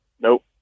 Nope